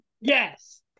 yes